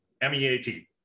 M-E-A-T